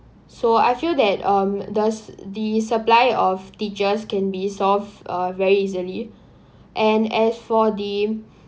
so I feel that um does the supply of teachers can be solved uh very easily and as for the